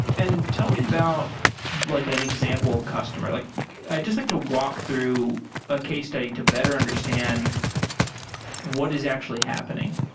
and tell me about like an example customer. like i just like to walk through a case study to better understand understand what is actually happening.